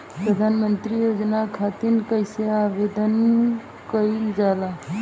प्रधानमंत्री योजना खातिर कइसे आवेदन कइल जाला?